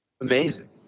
Amazing